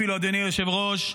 אדוני היושב-ראש,